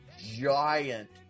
giant